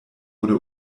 wurde